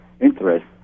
interest